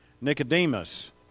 Nicodemus